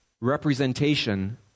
representation